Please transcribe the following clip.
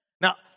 Now